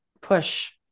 push